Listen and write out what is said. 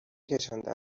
کشانده